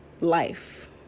life